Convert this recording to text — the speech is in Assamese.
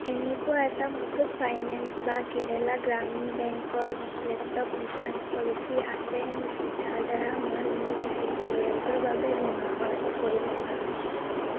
এনেকুৱা এটা মুথুত ফাইনেন্স বা কেৰেলা গ্ৰামীণ বেংকৰ লেপটপ ইঞ্চুৰেঞ্চ পলিচী আছে নেকি যাৰ দ্বাৰা মই মোৰ গোটেই পৰিয়ালটোৰ বাবে বীমা কৰ কৰিব পাৰো